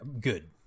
good